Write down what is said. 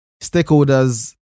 stakeholders